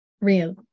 real